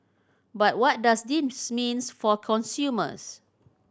but what does this means for consumers